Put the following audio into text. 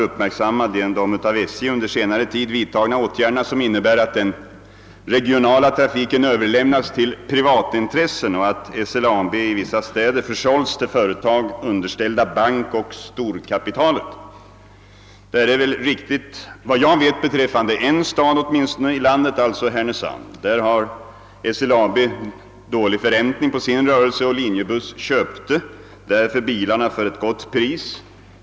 uppmärksamma de av SJ under senare tid vidtagna åtgärderna som innebär att den regionala trafiken överlämnas till privatintressen och att SLAB i vissa städer försålts till företag underställda bankoch storkapitalet. Jag vet att detta är riktigt åtminstone beträffande en stad i landet som jag känner till, nämligen Härnösand. Där hade SLAB dålig förräntning på sin rörelse, och Linjebuss köpte därför bilarna för ett gott pris.